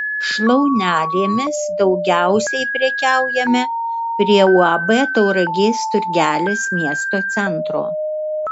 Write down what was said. šlaunelėmis daugiausiai prekiaujama prie uab tauragės turgelis miesto centro